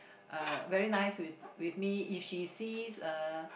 uh very nice with with me if she sees uh